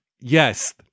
Yes